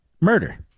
murder